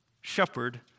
shepherd